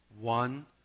One